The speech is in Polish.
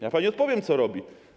Ja pani odpowiem, co robi.